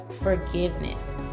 forgiveness